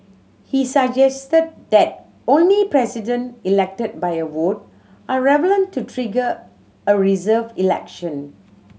he suggested that only President elected by a vote are relevant to trigger a reserved election